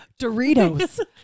Doritos